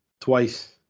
Twice